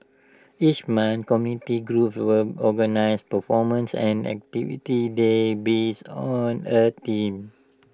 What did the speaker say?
each month community groups were organise performances and activities there based on A theme